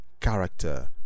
character